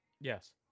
yes